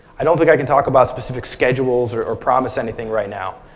i don't think i can talk about specific schedules or or promise anything right now.